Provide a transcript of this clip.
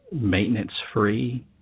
maintenance-free